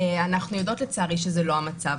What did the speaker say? אנחנו יודעות, לצערי, שזה לא המצב.